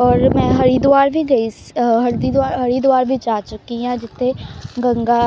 ਔਰ ਮੈਂ ਹਰੀਦੁਆਰ ਵੀ ਗਈ ਸ ਹਰਦੀਦੁਆਰ ਹਰੀਦੁਆਰ ਵਿੱਚ ਜਾ ਚੁੱਕੀ ਹਾਂ ਜਿੱਥੇ ਗੰਗਾ